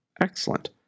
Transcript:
Excellent